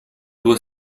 due